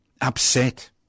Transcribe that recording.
upset